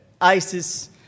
ISIS